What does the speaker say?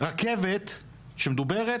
רכבת שמדוברת,